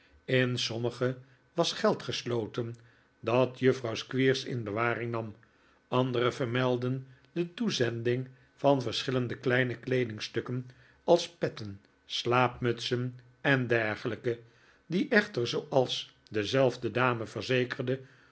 in sommige was geld gesloten dat juffrouw squeers in bewaring nam andere vermeldden de toezending van verschillende kleine kleedingstukken als petten slaapmutsen en dergelijke die echter zooals dezelfde dame verzekerde